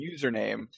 username